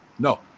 No